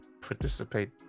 Participate